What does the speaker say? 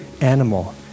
animal